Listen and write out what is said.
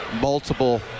multiple